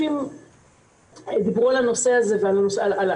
מסגרת הזמן לא שונה מתחומים אחרים שנעשתה בהם רגולציה לא פחות סבוכה,